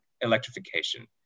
electrification